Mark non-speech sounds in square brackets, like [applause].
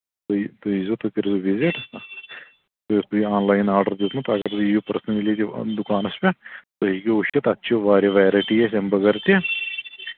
تُہۍ تُہۍ ییٖزیو تُہۍ کٔرۍزیو وِزِٹ یہِ [unintelligible] آن لاین آرڈر دیُتمُت تُہۍ ہیٚکِو یہِ پٔرسٕنٔلی تہِ دُکانَس پٮ۪ٹھ تُہۍ ہیٚکِو وٕچھِتھ تَتھ چھِ واریاہ وٮ۪رایٹیٖز اَمہِ بغٲر تہِ